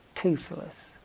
Toothless